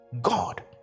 God